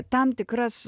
tam tikras